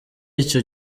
iki